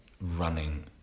running